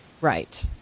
Right